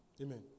Amen